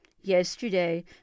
Yesterday